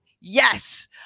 yes